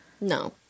no